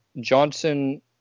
Johnson